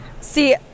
See